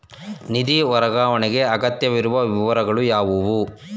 ನಿಧಿ ವರ್ಗಾವಣೆಗೆ ಅಗತ್ಯವಿರುವ ವಿವರಗಳು ಯಾವುವು?